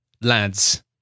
lads